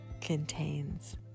contains